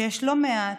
שיש לא מעט